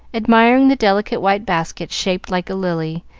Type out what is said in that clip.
admiring the delicate white basket shaped like a lily,